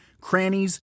crannies